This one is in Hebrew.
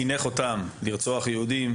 חינך אותם לרצוח יהודים.